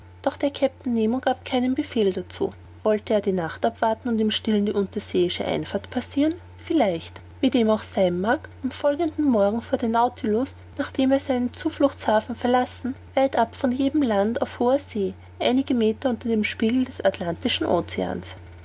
doch der kapitän nemo gab keinen befehl dazu wollte er die nacht abwarten und im stillen die unterseeische einfahrt passiren vielleicht wie dem auch sein mag am folgenden morgen fuhr der nautilus nachdem er seinen zufluchtshafen verlassen weit ab von jedem land auf hoher see einige meter unter dem spiegel des atlantischen oceans